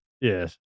Yes